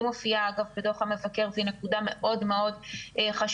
מופיעה אגב בדוח המבקר והיא נקודה מאוד מאוד חשובה.